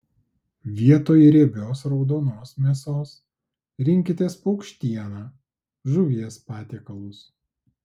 vietoj riebios raudonos mėsos rinkitės paukštieną žuvies patiekalus